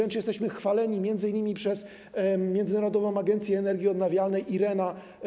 Wręcz jesteśmy chwaleni m.in. przez Międzynarodową Agencję Energii Odnawialnej IRENA.